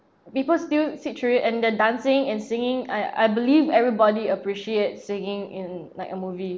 people still sit through it and the dancing and singing I I believe everybody appreciates singing in like a movie